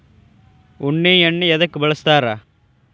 ಉಣ್ಣಿ ಎಣ್ಣಿ ಎದ್ಕ ಬಳಸ್ತಾರ್?